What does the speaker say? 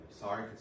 Sorry